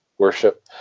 worship